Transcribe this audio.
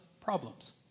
problems